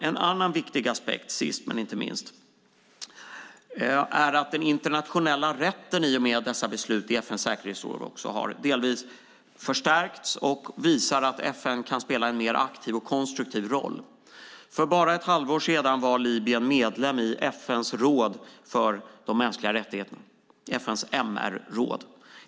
En annan viktig aspekt sist men inte minst är att den internationella rätten i och med besluten i FN:s säkerhetsråd delvis har förstärkts. De visar att FN kan spela en mer aktiv och konstruktiv roll. För bara ett halvår sedan var Libyen medlem i FN:s råd för mänskliga rättigheter, FN:s MR-råd.